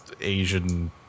Asian